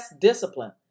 discipline